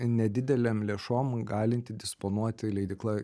nedidelėm lėšom galinti disponuoti leidykla